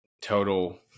total